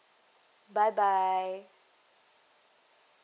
bye bye